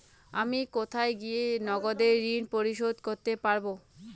আমি কোথায় গিয়ে নগদে ঋন পরিশোধ করতে পারবো?